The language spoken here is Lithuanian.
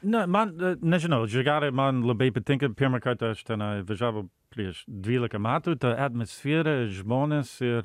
ne man n nežinau žigarė man labai patinka pirmą kartą aš tenai važiavau prieš dvylika metų ta atmosfera žmonės ir